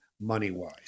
money-wise